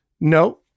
No